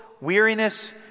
weariness